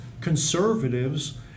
conservatives